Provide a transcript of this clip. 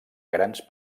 grans